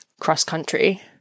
cross-country